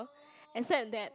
except that